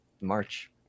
March